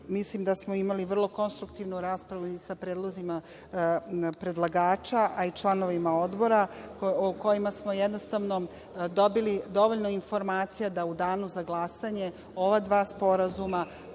mislim da smo imali vrlo konstruktivnu raspravu i sa predlozima predlagača, a i članovima Odbora, o kojima smo jednostavno dobili dovoljno informacija da u Danu za glasanje ova dva sporazuma